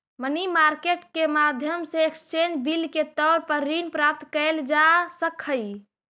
money market के माध्यम से एक्सचेंज बिल के तौर पर ऋण प्राप्त कैल जा सकऽ हई